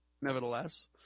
nevertheless